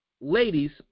ladies